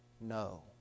no